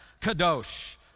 kadosh